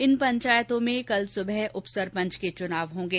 इन पंचायतों में कल सुबह उप सरपंच के चुनाव होंगे